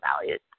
values